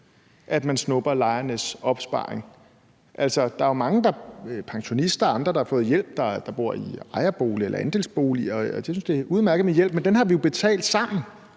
at man snupper lejernes opsparing. Der er jo mange, pensionister og andre, der har fået hjælp, og som bor i ejerbolig eller andelsbolig, og jeg synes, det er udmærket med hjælp, men den har vi jo betalt sammen